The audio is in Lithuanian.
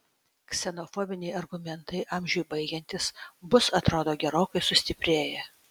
ksenofobiniai argumentai amžiui baigiantis bus atrodo gerokai sustiprėję